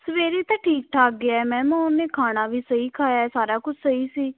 ਸਵੇਰੇ ਤਾਂ ਠੀਕ ਠਾਕ ਗਿਆ ਮੈਮ ਉਹਨੇ ਖਾਣਾ ਵੀ ਸਹੀ ਖਾਇਆ ਸਾਰਾ ਕੁਛ ਸਹੀ ਸੀ